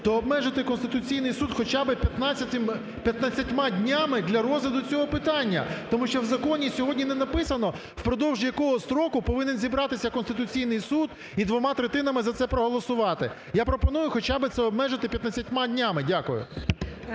то обмежити Конституційний Суд хоча би 15 днями для розгляду цього питання. Тому що в законі сьогодні не написано, в продовж якого строку повинен зібратися Конституційний Суд і двома третинами за це проголосувати. Я пропоную хоча би це обмежити 15 днями. Дякую.